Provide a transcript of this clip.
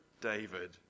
David